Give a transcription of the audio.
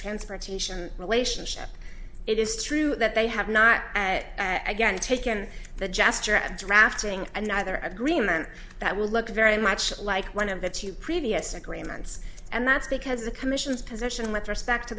transportation relationship it is true that they have not again taken the gesture of drafting another agreement that will look very much like one of the two previous agreements and that's because the commission's position with respect to